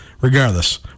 regardless